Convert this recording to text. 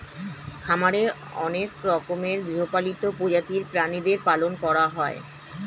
খামারে অনেক রকমের গৃহপালিত প্রজাতির প্রাণীদের পালন করা হয়